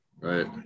Right